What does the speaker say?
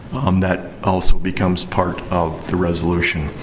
um that also becomes part of the resolution.